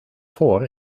voor